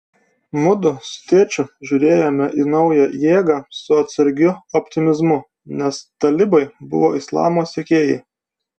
mudu su tėčiu žiūrėjome į naująją jėgą su atsargiu optimizmu nes talibai buvo islamo sekėjai